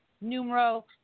numero